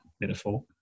metaphor